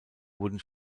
wurden